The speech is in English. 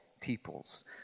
peoples